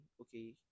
okay